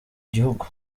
gihugu